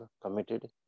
committed